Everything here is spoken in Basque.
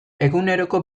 eguneroko